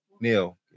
Neil